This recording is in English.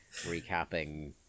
recapping